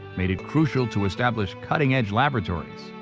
made it crucial to establish cutting edge laboratories.